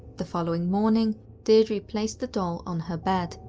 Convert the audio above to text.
the following morning deidre placed the doll on her bed,